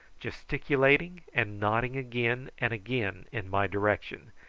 gesticulating and nodding again and again in my direction,